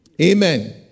Amen